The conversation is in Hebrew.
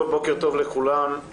בוקר טוב לכולם,